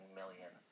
million